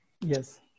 Yes